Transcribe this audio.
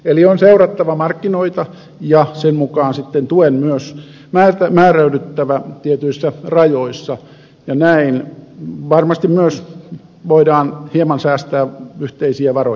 eli on seurattava markkinoita ja sen mukaan on sitten tuen myös määräydyttävä tietyissä rajoissa ja näin varmasti myös voidaan hieman säästää yhteisiä varoja